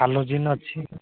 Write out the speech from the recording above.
halogen ଅଛି